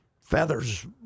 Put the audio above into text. feathers